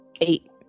eight